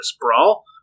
brawl